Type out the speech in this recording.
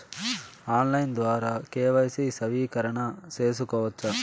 Online ద్వారా KYC నవీకరణ సేసుకోవచ్చా?